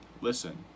listen